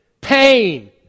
pain